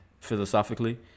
philosophically